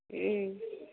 ہوں